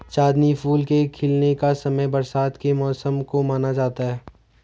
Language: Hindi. चांदनी फूल के खिलने का समय बरसात के मौसम को माना जाता है